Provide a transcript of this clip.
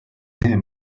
him